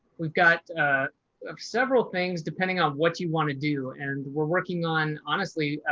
we've got several things depending on what you want to do. and we're working on honestly,